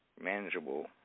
manageable